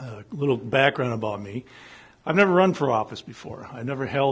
a little background about me i've never run for office before i never held